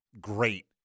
great